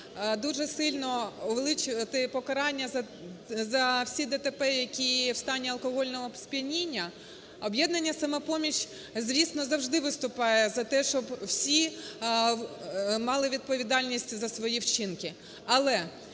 дуже сильно увеличувати покарання за всі ДТП, які в стані алкогольного сп'яніння. "Об'єднання "Самопоміч", звісно, завжди виступає за те, щоб всі мали відповідальність за свої вчинки,